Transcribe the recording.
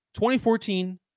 2014